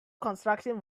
construction